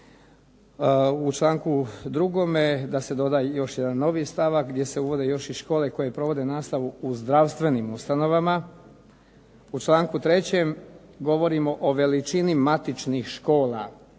U članku drugome da se doda još jedan novi stavak gdje se uvode još i škole koje provode nastavu u zdravstvenim ustanovama. U članku trećem govorimo o veličini matičnih škola.